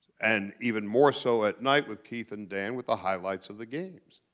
and even more so at night with keith and dan with the highlights of the games.